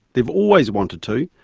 they've always wanted to.